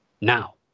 now